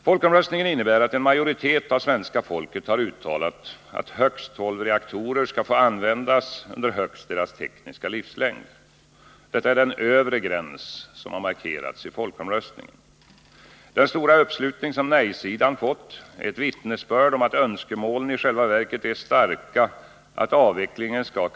Folkomröstningen innebär att en majoritet av svenska folket uttalat att högst tolv reaktorer skall få användas under högst deras tekniska livslängd. Detta är den övre gräns som markerats i folkomröstningen. Den stora uppslutning som nej-sidan fått är ett vittnesbörd om att önskemålen att avvecklingen skall kunna ske snabbare i själva verket är starka.